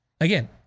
Again